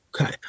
Okay